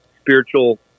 spiritual